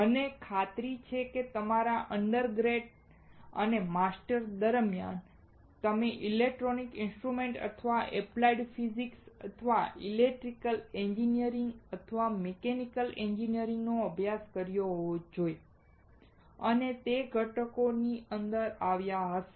મને ખાતરી છે કે તમારા અન્ડરગ્રેડ અથવા માસ્ટર્સ દરમિયાન તમે ઇલેક્ટ્રોનિક્સ ઇન્સ્ટ્રુમેન્ટ અથવા એપ્લાય્ડ ફિઝિક્સ અથવા ઇલેક્ટ્રિકલ એન્જિનિયરિંગ અથવા મિકેનિકલ એન્જિનિયરિંગનો અભ્યાસ કર્યો હોવો જોઈએ અને તે અલગ ઘટકોની અંદર આવ્યા હશે